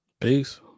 Peace